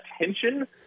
attention